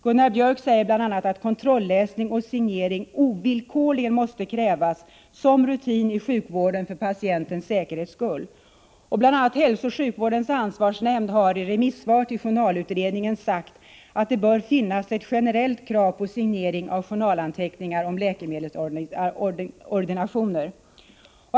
Gunnar Biörck säger bl.a. att kontrolläsning och signering ovillkorligen måste krävas som rutin i sjukvården för patientens säkerhets skull. Bl.a. hälsooch sjukvårdens ansvarsnämnd har i remissvar till journalutredningen sagt att det bör finnas ett generellt krav på signering av journalanteckningar om läkemedelsordinationer.